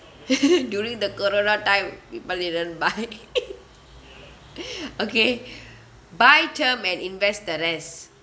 during the corona time it but didn't buy okay buy term and invest the rest